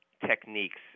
techniques